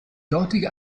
dortige